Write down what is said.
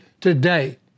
today